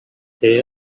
here